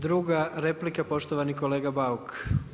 Druga replika, poštovani kolega Bauk.